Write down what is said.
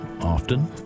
often